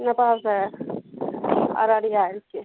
नेपालसँ अररिया आयल छियै